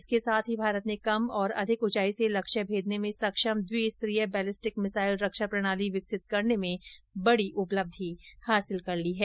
इसके साथ ही भारत ने कम और अधिक उंचाई से लक्ष्य भेदने में सक्षम द्विस्तरीय बैलिस्टिक मिसाइल रक्षा प्रणाली विकसित करने में बड़ी उपलब्धि हासिल कर ली है